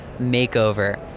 makeover